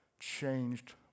changed